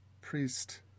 priest